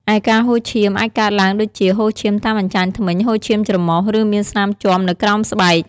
ឯការហូរឈាម អាចកើតឡើងដូចជា ហូរឈាមតាមអញ្ចាញធ្មេញ ហូរឈាមច្រមុះ ឬមានស្នាមជាំនៅក្រោមស្បែក។